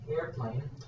airplane